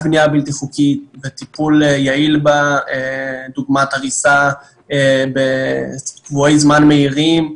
בנייה בלתי חוקית וטיפול יעיל בדוגמת הריסה בקבועי זמן מהירים,